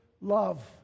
love